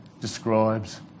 describes